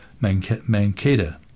Mankata